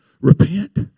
repent